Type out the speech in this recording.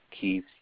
Keith